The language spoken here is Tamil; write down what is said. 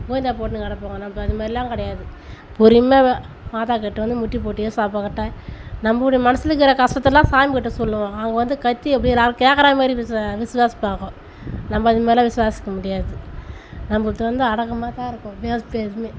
கோவிந்தா போட்டுன்னு கிடப்பாங்க நமக்கு அதுமாதிரிலாம் கிடையாது பொறுமையாவே மாதாக்கிட்டே வந்து முட்டிப் போட்டு ஏசப்பாக்கிட்டே நம்முடைய மனசில் இருக்கிற கஷ்டத்தெல்லாம் சாமிக் கிட்டே சொல்லுவாங்க அவங்க வந்து கத்தி அப்படியே எல்லாேரும் கேட்குற மாதிரி விஸ் விசுவாசிப்பாங்க நம்ம அதுமாதிரிலாம் விசுவாசிக்க முடியாது நம்மளது வந்து அடக்கமாகதான் இருக்கும்